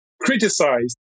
criticized